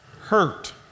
Hurt